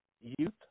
youth